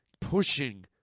pushing